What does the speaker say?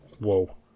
whoa